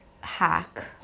hack